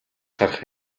харах